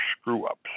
screw-ups